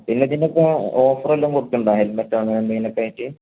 പിന്നെ അതിന് ഇപ്പോൾ ഓഫർ വല്ലതും കൊടുക്കുന്നുണ്ടോ ഹെൽമറ്റോ അങ്ങനെ എന്തെങ്കിലും ഒക്കെ ആയിട്ട്